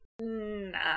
Nah